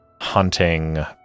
hunting